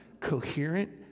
coherent